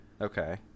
Okay